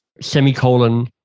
semicolon